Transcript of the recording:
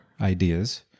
ideas